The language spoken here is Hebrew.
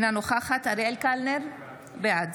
אינה נוכחת אריאל קלנר, בעד